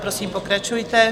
Prosím, pokračujte.